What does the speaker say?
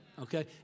Okay